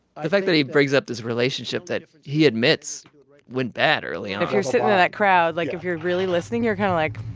um fact that he brings up this relationship that he admits went bad early on. if you're sitting in that crowd, like, if you're really listening, you're kind of like,